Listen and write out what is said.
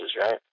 right